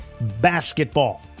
basketball